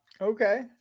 Okay